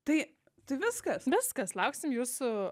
tai tai viskas viskas lauksim jūsų